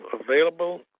available